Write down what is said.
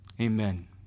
Amen